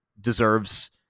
deserves